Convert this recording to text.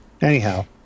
anyhow